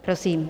Prosím.